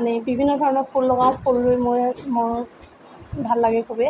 আনি বিভিন্ন ধৰণৰ ফুল লগাওঁ ফুল ৰুই মই মই ভাল লাগে খুবেই